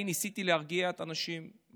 אני ניסיתי להרגיע את האנשים,